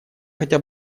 хотя